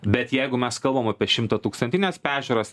bet jeigu mes kalbam apie šimtatūkstantines peržiūras